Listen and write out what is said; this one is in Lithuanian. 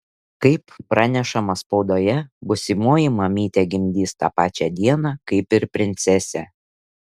kaip pranešama spaudoje būsimoji mamytė gimdys tą pačią dieną kaip ir princesė